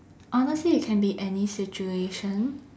honestly it can be any situation